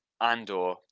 Andor